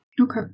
Okay